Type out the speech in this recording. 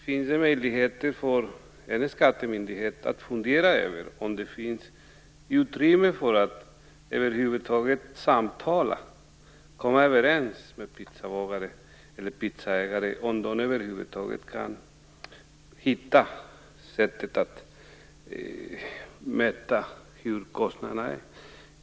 Finns det möjligheter för en skattemyndighet att fundera över om det finns utrymme för samtal och för att komma överens med pizzabagaren eller pizzeriaägaren om ett sätt att mäta kostnaderna?